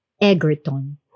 Egerton